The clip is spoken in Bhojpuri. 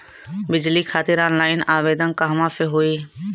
बिजली खातिर ऑनलाइन आवेदन कहवा से होयी?